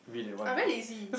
I very lazy